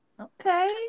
Okay